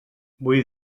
vull